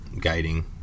guiding